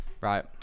Right